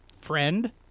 friend